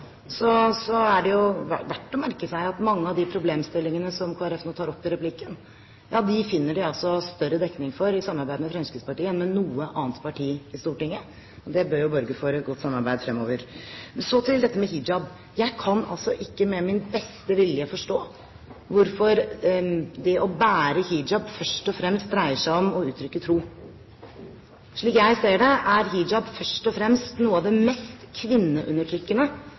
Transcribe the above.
Så til dette med hijab: Jeg kan ikke med min beste vilje forstå hvorfor det å bære hijab først og fremst dreier seg om å uttrykke tro. Slik jeg ser det, er hijab først og fremst noe av det mest kvinneundertrykkende